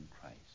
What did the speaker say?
Christ